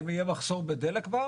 האם יהיה מחסור בדלק בארץ?